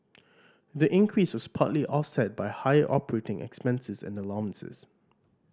the increase was partly offset by higher operating expenses and allowances